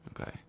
Okay